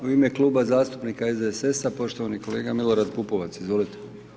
U ime Kluba zastupnika SDSS-a, poštovani kolega Milorad Pupovac, izvolite.